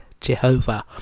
Jehovah